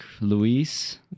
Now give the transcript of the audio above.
Luis